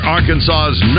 Arkansas's